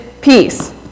peace